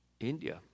India